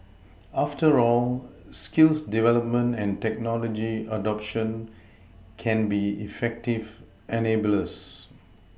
after all skills development and technology adoption can be effective enablers